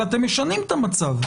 אבל אתם משנים את המצב.